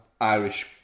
Irish